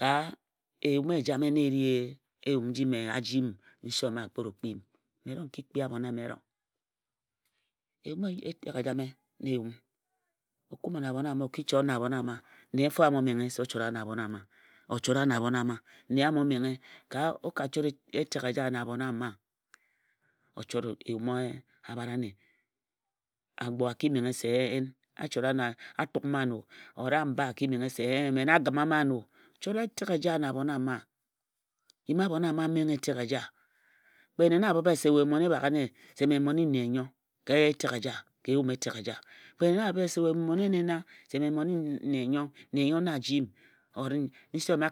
ka eyum ejame na e ri eyum nji mme a jii m nse ome a kpet o kpii m. Mme erong n ki kpii abhon ame erong. Eyum etek ejame na eyum o kume na abhon ama o ki chot na abhon ama nne nto a mo menghe se o chora na abhon ama. O ka chot etek eja na abhon ama o chot eyum abhare ane Agbo a ki menghe se ee a chara na a tuk ma ano or amba a ki menghe se ee mme na a gǝma ma ano. Chot etek eja na abhon ama. Yim abhon ama a menghe etek eja. Kpe nne na a bhǝp-i ye se we mmon-i-baghe nne se mme mmon i nne nyo. Ka etek eja, ka eyu etek eja. Kpe nne na a bhǝbhe ye se we mmon ene se me mmon i nne nnyo nne nnyo na a ji m.